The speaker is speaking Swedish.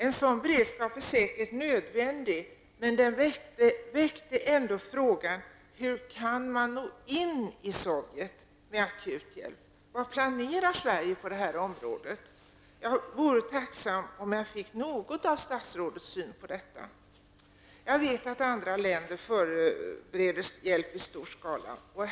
En sådan beredskap är säkert nödvändig, men den väckte ändå frågan: Hur kan man nå in i Sovjetunionen med akut hjälp? Vad planerar Sverige på detta område? Jag vore tacksam om jag fick statsrådets syn på detta. Jag vet att andra länder förbereder hjälp i stor skala.